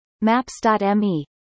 Maps.me